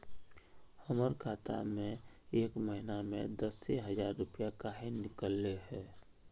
हमर खाता में एक महीना में दसे हजार रुपया काहे निकले है?